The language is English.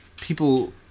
people